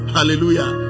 Hallelujah